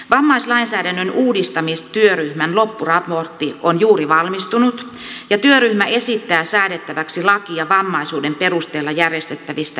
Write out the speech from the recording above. vammaislainsäädännön uudistamistyöryhmän loppuraportti on juuri valmistunut ja työryhmä esittää säädettäväksi lakia vammaisuuden perusteella järjestettävistä erityispalveluista